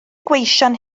gweision